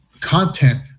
content